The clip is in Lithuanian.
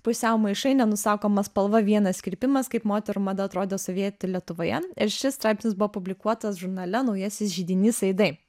pusiau maišai nenusakoma spalva vienas kirpimas kaip moterų mada atrodė sovietų lietuvoje ir šis straipsnis buvo publikuotas žurnale naujasis židinys aidai